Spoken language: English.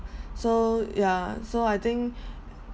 so ya so I think